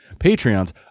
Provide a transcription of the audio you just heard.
patreons